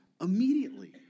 immediately